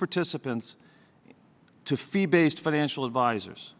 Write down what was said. participants to fee based financial advisors